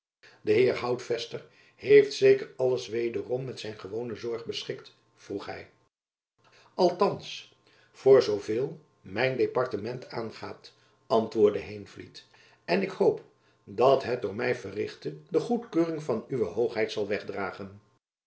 de heer houtvester heeft zeker alles wederom met zijn gewone zorg beschikt vroeg hy althands voor zoo veel mijn departement aangaat antwoordde heenvliet en ik hoop dat het jacob van lennep elizabeth musch door my verrichte de goedkeuring van uwe hoogheid zal wegdragen